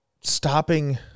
stopping